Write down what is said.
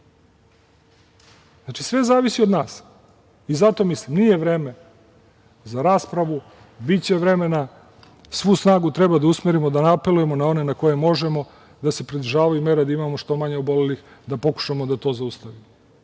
Znači, sve zavisi od nas. Zato mislim da nije vreme za raspravu, biće vremena. Svu snagu treba da usmerimo da apelujemo na one na koje možemo da se pridržavaju mera i da imamo što manje obolelih, da pokušamo da to zaustavimo.